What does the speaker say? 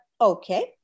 okay